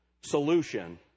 solution